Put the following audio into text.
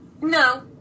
No